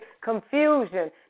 confusion